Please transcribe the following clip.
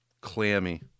clammy